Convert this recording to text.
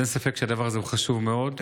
אין ספק שהדבר הזה חשוב מאוד.